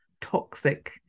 toxic